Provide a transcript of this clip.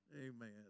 Amen